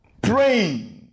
praying